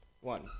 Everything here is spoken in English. One